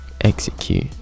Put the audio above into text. execute